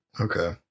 Okay